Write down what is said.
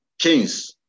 chains